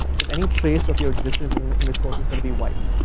because any trace of your existence in this course is gonna be wiped.